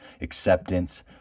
acceptance